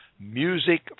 music